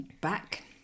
back